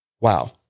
Wow